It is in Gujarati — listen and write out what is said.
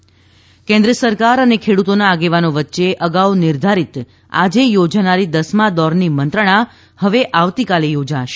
ઃ કેન્દ્ર સરકાર અને ખેડૂતોના આગેવાનો વચ્ચે અગાઉ નિર્ધારીત આજે યોજાનારી દસમા દોરની મંત્રણા હવે આવતીકાલે યોજાશે